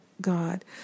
God